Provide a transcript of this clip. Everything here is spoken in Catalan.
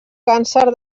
càncer